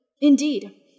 Indeed